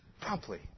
promptly